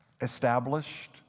established